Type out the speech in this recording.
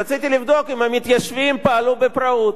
רציתי לבדוק אם המתיישבים פעלו בפראות.